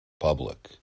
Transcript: public